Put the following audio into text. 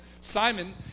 Simon